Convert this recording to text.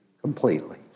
completely